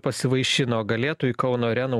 pasivaišino galėtų į kauno areną